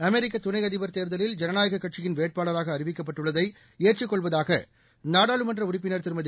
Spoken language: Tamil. அமெரிக்கதுணைஅதிபர் தேர்தலில் ஜனநாயககட்சியின் வேட்பாளராகஅறிவிக்கப்பட்டுள்ளதைஏற்றுக் கொள்வதாகநாடாளுமன்றஉறுப்பினர் திருமதி